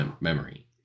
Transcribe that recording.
memory